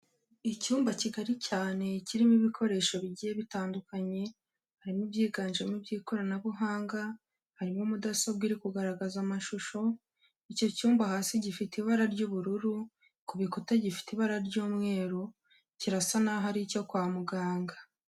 Icyumba kigari cyane kirimo ibikoresho bigiye bitandukanye. Harimo ibyiganjemo iby'ikoranabuhanga, harimo mudasobwa iri kugaragaza amashusho, icyo cyumba hasi gifite ibara ry'ubururu, ku bikuta gifite ibara ry'umweru. Kirasa naho ari icyo kwa muganga.